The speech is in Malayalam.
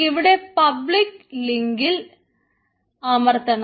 ഇവിടെ പബ്ലിക് ലിങ്കിൽ അമർത്തണം